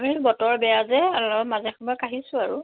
আমি বতৰ বেয়া যে অলপ মাজে সময় কাঢ়িছোঁ আৰু